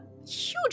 huge